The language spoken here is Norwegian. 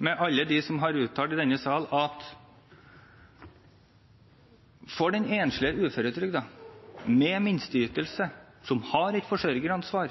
med alle dem som har uttalt i denne sal at for den enslige uføretrygdede med minsteytelse og som har et forsørgeransvar,